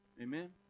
Amen